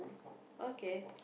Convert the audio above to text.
okay